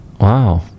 Wow